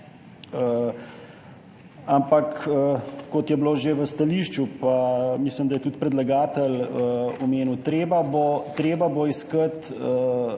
Ampak kot je bilo že v stališču [povedano], pa mislim, da je tudi predlagatelj omenil, treba bo iskati